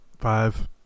five